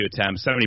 attempts